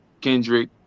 Kendrick